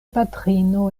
patrino